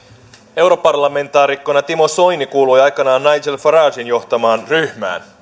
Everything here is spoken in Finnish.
europarlamentaarikkona timo soini kuului aikanaan nigel faragen johtamaan ryhmään